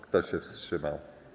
Kto się wstrzymał.